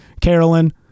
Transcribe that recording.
Carolyn